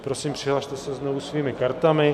Prosím, přihlaste se znovu svými kartami.